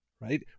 right